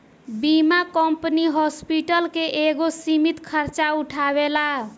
बीमा company hospital के एगो सीमित खर्चा उठावेला